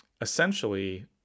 essentially